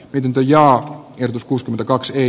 pitempi ja joskus kaksi